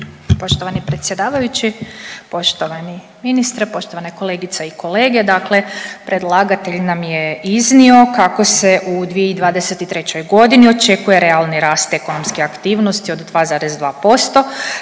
Poštovani predsjedavajući, poštovani ministre, poštovane kolegice i kolege. Dakle, predlagatelj nam je iznio kako se u 2023. godini očekuje realni rast ekonomske aktivnosti od 2,2%